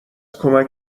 کمک